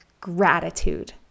Gratitude